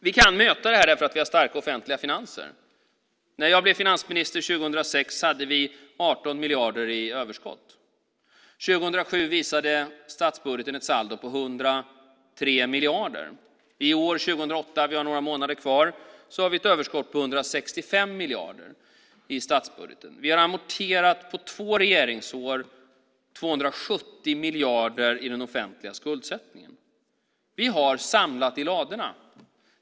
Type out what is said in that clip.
Vi kan möta det här därför att vi har starka offentliga finanser. När jag blev finansminister 2006 hade vi 18 miljarder i överskott. År 2007 visade statsbudgeten ett saldo på 103 miljarder. I år, 2008, med några månader kvar har vi ett överskott på 165 miljarder i statsbudgeten. Vi har på två regeringsår amorterat 270 miljarder i den offentliga skuldsättningen. Vi har samlat i ladorna.